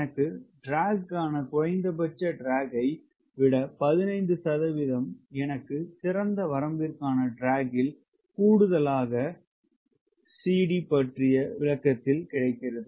எனக்கு டிராக் கான குறைந்தபட்ச டிராக் ஐ விட 15 எனக்கு சிறந்த வரம்பிற்கு ஆன டிராக்கில் கூடுதலாக CD பற்றிய விளக்கத்தில் கிடைத்தது